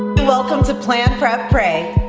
welcome to plan prep pray.